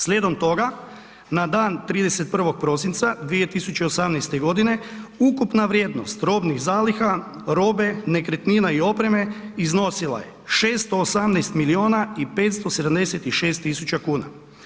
Slijedom toga, na dan 31. prosinca 2018. g. ukupna vrijednost robnih zaliha, robe, nekretnina i opreme, iznosila je 618 milijuna i 576 000 kuna.